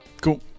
Cool